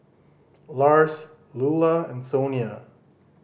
Lars Loula and Sonia